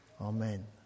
Amen